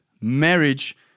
marriage